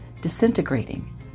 disintegrating